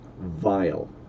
vile